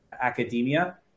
academia